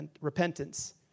repentance